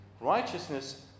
Righteousness